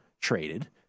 traded